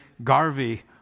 garvey